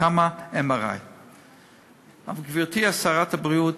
כמה MRI. גברתי שרת הבריאות,